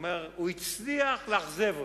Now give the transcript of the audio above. הוא הצליח לאכזב אותי.